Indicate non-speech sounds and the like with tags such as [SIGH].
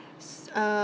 [NOISE] uh